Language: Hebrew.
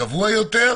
הקבוע יותר,